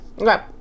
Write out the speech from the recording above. Okay